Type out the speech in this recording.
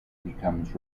becomes